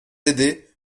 aider